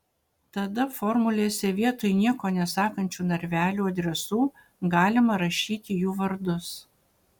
tada formulėse vietoj nieko nesakančių narvelių adresų galima rašyti jų vardus